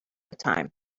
time